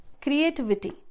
Creativity